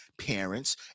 parents